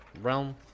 realm